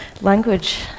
language